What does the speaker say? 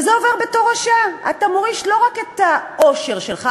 וזה עובר בירושה: אתה מוריש לא רק את העושר שלך,